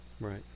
Right